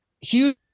Huge